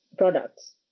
products